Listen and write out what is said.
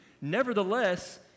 Nevertheless